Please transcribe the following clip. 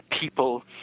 people